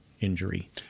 injury